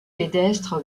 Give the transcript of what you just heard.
pédestre